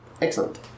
Excellent